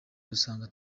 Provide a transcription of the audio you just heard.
ugasanga